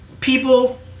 people